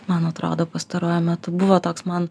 man atrodo pastaruoju metu buvo toks man